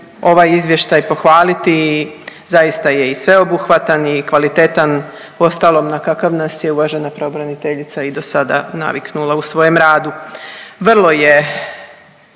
ovaj izvještaj pohvaliti i zaista je i sveobuhvatan i kvalitetan, uostalom na kakav nas je uvažena pravobraniteljica i do sada naviknula u svojem radu.